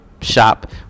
shop